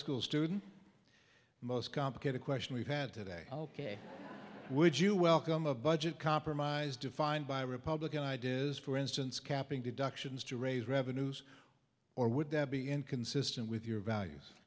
school student most complicated question we've had today ok would you welcome a budget compromise defined by republican ideas for instance capping deductions to raise revenues or would that be inconsistent with your values